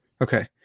okay